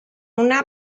una